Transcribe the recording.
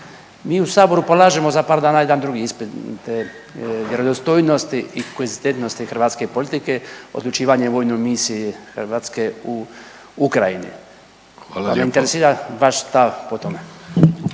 Mi u saboru polažemo za par dana jedan drugi ispit vjerodostojnosti i konzistentnosti hrvatske politike, odlučivanje o vojnoj misiji Hrvatske u Ukrajini…/Upadica Vidović: Hvala lijepo/…, pa me interesira vaš stav po tome.